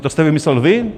To jste vymyslel vy?